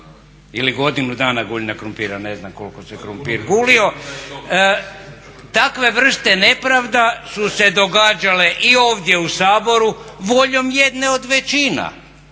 ili godinu dana guljenja krumpira ne znam koliko se krumpir gulio. Takve vrste nepravda su se događale i ovdje u Saboru voljom jedne od većina,